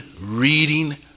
reading